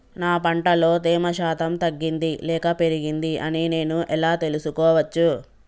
నా పంట లో తేమ శాతం తగ్గింది లేక పెరిగింది అని నేను ఎలా తెలుసుకోవచ్చు?